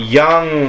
young